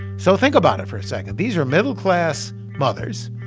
so think about it for a second. these are middle-class mothers.